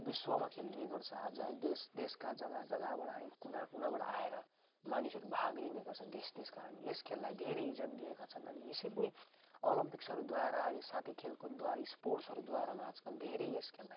विश्वमा खेल्ने गर्छ आज है देश देशका जग्गा जग्गाबाट कुना कुनाबाट आएर मानिसहरू भाग लिने गर्छन् देश देशका यस खेललाई धेरै इज्जत दिएका छन् अनि यसरी नै ओलम्पिक्सहरूद्वारा साथै खेलकुदद्वारा स्पोर्ट्सहरूद्वारामा आजकल धेरै यस खेललाई